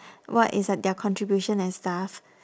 what is like their contribution and stuff